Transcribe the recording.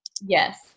Yes